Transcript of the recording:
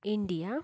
India